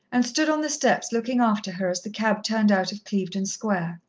and stood on the steps looking after her as the cab turned out of clevedon square.